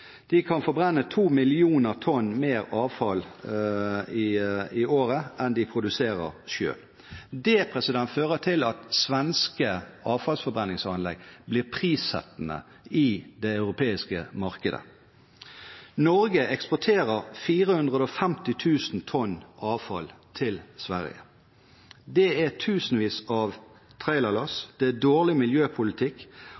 De kan forbrenne 2 millioner tonn mer avfall i året enn de produserer selv. Det fører til at svenske avfallsforbrenningsanlegg blir prissettende i det europeiske markedet. Norge eksporterer 450 000 tonn avfall til Sverige. Det er tusenvis av trailerlass. Det er dårlig miljøpolitikk,